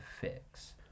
fix